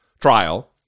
trial